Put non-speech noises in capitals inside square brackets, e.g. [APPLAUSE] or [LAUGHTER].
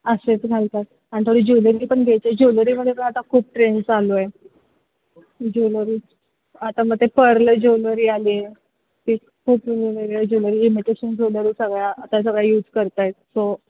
असेच घालतात आणि थोडी ज्वेलरी पण घ्यायची आहे ज्वेलरीमध्ये पण आता खूप ट्रेंड चालू आहे ज्वेलरीज आता मग ते पर्ल ज्वेलरी आली आहे ते खूप [UNINTELLIGIBLE] ज्वेलरी इमिटेशन ज्वेलरी सगळ्या आता सगळ्या यूज करत आहेत सो